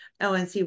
ONC